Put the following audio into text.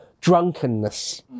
drunkenness